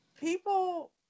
people